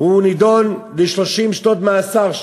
נידון ל-30 שנות מאסר.